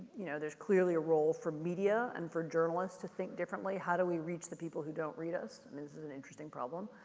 you know, there's clearly a role for media and for journalists to think differently. how do we reach the people who don't read us? and this is an interesting problem.